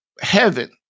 heaven